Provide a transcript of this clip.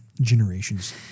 generations